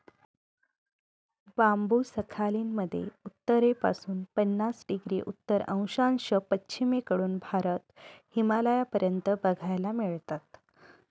बांबु Sakhalin मध्ये उत्तरेपासून पन्नास डिग्री उत्तर अक्षांश, पश्चिमेकडून भारत, हिमालयापर्यंत बघायला मिळतात